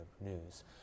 news